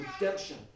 redemption